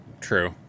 True